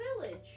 village